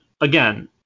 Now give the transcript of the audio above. again